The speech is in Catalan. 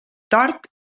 tort